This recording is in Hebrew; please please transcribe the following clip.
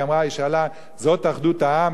היא שאלה: זאת אחדות העם?